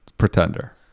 pretender